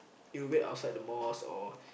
you'll wait outside the mosque or